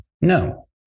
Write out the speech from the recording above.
No